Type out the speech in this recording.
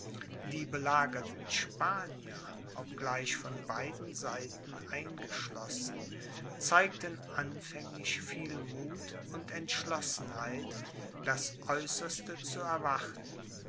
die belagerten spanier obgleich von beiden seiten eingeschlossen zeigten anfänglich viel muth und entschlossenheit das aeußerste zu erwarten